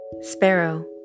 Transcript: Sparrow